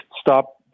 stop